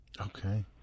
Okay